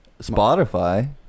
Spotify